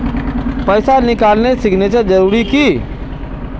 पैसा निकालने सिग्नेचर जरुरी है की?